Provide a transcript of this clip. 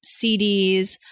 CDs